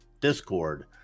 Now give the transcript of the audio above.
Discord